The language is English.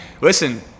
listen